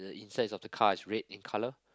insides of the car is red in colour